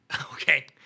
Okay